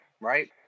right